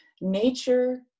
Nature